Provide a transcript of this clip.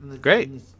Great